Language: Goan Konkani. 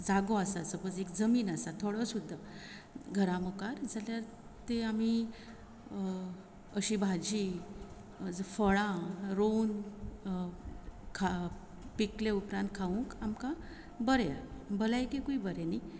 जागो आसा सपोज एक जमीन आसा थोडो सुद्दा घरा मुखार जाल्यार ते आमी अशी भाजी फळां रोवन पिकले उपरांत खावूंक आमकां बरें भलायकेकूय बरें न्ही